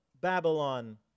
Babylon